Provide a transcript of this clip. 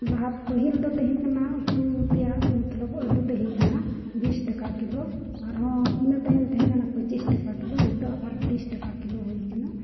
ᱞᱟᱦᱟᱛᱮ ᱯᱟᱹᱦᱤᱞ ᱫᱚ ᱛᱟᱦᱮᱸ ᱠᱟᱱᱟ ᱩᱛᱩ ᱛᱮᱭᱟᱜ ᱢᱚᱛᱞᱚᱵ ᱟᱹᱞᱩ ᱛᱟᱦᱮᱸ ᱠᱟᱱᱟ ᱵᱤᱥ ᱴᱟᱠᱟ ᱠᱤᱞᱳ ᱟᱨᱦᱚᱸ ᱤᱱᱟᱹ ᱛᱟᱭᱚᱢ ᱛᱟᱦᱮᱸ ᱯᱚᱸᱪᱤᱥ ᱴᱟᱠᱟ ᱠᱤᱞᱳ ᱱᱤᱛᱚᱜ ᱟᱵᱟᱨ ᱛᱤᱨᱤᱥ ᱴᱟᱠᱟ ᱠᱤᱞᱳ ᱦᱩᱭ ᱠᱟᱱᱟ